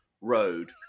road